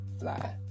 fly